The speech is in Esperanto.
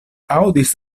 aŭdis